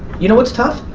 you know what's tough?